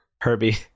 Herbie